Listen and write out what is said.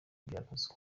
byakozwe